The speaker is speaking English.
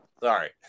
Sorry